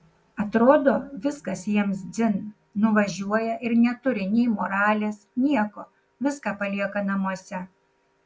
atrodo viskas jiems dzin nuvažiuoja ir neturi nei moralės nieko viską palieka namuose